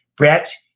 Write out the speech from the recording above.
brett,